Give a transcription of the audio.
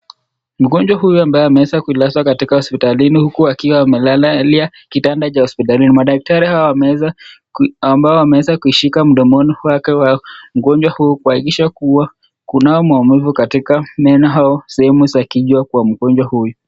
Mgonjwa huyu ambaye ameweza kulazwa katika hosiptalini huku akiwa amelala, hali ya kitanda cha hosiptalini. Madaktari hawa ambao wameeza kuishika mdomoni wake wa mgonjwa huyu kuhakikisha kuwa kunao maumivu katika meno au sehemu za kichwa kwa mgonjwa huyu.